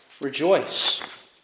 Rejoice